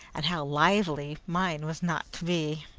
and how lively mine was not to be!